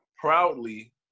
proudly